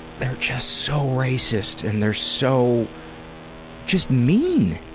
they're just so racist and they're so just mean.